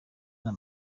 hano